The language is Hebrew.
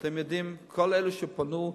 וכל אלה שפנו,